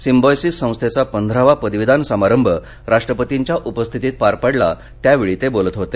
symbiosis संस्थेचा पंधरावा पदवीदान समारंभ राष्ट्रपतींच्या उपस्थितीत पार पडला त्यावेळी ते बोलत होते